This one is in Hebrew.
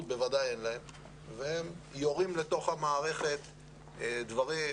בוודאי אין להם והם יורים לתוך המערכת דברים,